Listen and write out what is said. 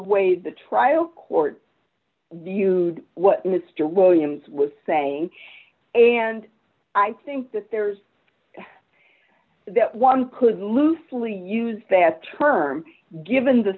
way the trial court due to what mr williams was saying and i think that there's that one could loosely use that term given the